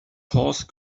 horse